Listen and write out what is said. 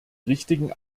richtigen